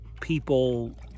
people